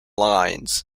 lines